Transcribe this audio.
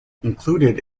included